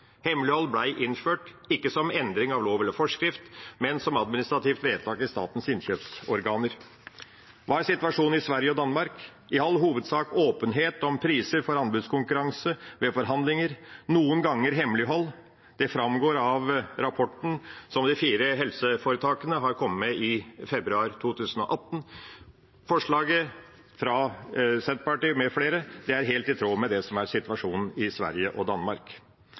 Hemmelighold ble innført ikke som endring av lov eller forskrift, men som administrativt vedtak i statens innkjøpsorganer. Hva er situasjonen i Sverige og Danmark? I all hovedsak åpenhet om priser for anbudskonkurranse, ved forhandlinger noen ganger hemmelighold. Det framgår av rapporten som de fire helseforetakene kom med i februar 2018. Forslaget fra Senterpartiet med flere er helt i tråd med det som er situasjonen i Sverige og Danmark.